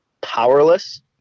powerless